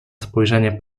spojrzenie